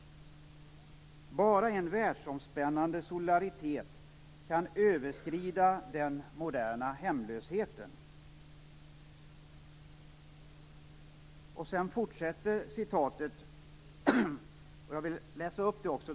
Bara en världsomspännande solidaritet kan överskrida den moderna hemlösheten. Jag skall fortsätta att referera citatet av John Berger.